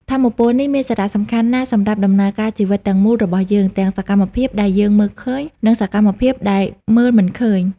ថាមពលនេះមានសារៈសំខាន់ណាស់សម្រាប់ដំណើរការជីវិតទាំងមូលរបស់យើង ទាំងសកម្មភាពដែលយើងមើលឃើញ និងសកម្មភាពដែលមើលមិនឃើញ។